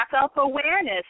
self-awareness